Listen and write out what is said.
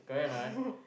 oh